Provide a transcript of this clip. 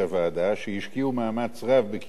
שהשקיעו מאמץ רב בקידום החוק הזה,